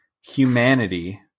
humanity